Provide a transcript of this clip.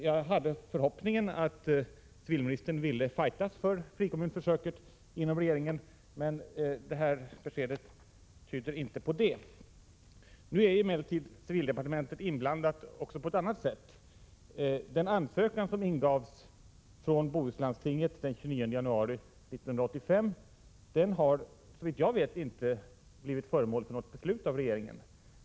Jag hade förhoppningen att civilministern ville ”fajtas” för frikommunförsöket inom regeringen, men detta besked tyder inte på det. Nu är emellertid civildepartementet inblandat också på ett annat sätt. Den ansökan som ingavs från Bohuslandstinget den 29 januari 1985 har såvitt jag vet inte blivit föremål för något beslut av regeringen.